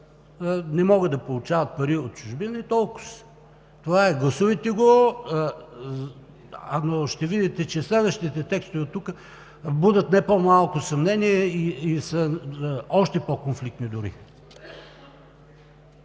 не могат да получават пари от чужбина и толкоз. Това е! Гласувайте го, но ще видите, че следващите текстове тук будят не по-малко съмнение и са дори още по-конфликтни.